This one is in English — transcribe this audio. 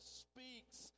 speaks